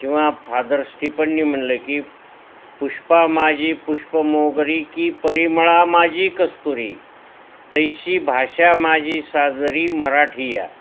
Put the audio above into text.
किंवा फादर स्टिफणनी म्हटलं की पुष्पामाजी पुष्पमोगरी की परिमळामाजी कस्तुरी तैशी भाषा माझी साजिरी मराठीया